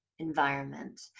environment